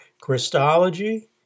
Christology